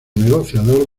negociador